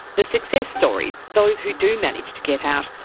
the success stories, those who do manage to get out,